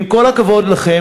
עם כל הכבוד לכם,